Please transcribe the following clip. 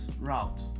route